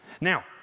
Now